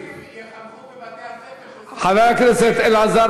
הם יהיו המחנכים של, חבר הכנסת אלעזר